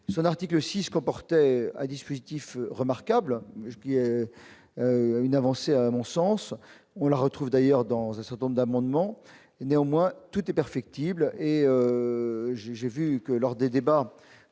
l'article 6 comportait à dispositif remarquable, une avancée à mon sens, on la retrouve d'ailleurs dans un certain nombre d'amendements néanmoins tout est perfectible. Et. J'ai vu que lors des débats